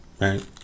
right